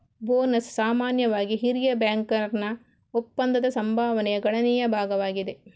bonus ಸಾಮಾನ್ಯವಾಗಿ ಹಿರಿಯ ಬ್ಯಾಂಕರ್ನ ಒಪ್ಪಂದದ ಸಂಭಾವನೆಯ ಗಣನೀಯ ಭಾಗವಾಗಿದೆ